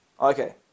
Okay